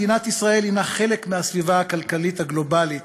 מדינת ישראל היא חלק מהסביבה הכלכלית הגלובלית,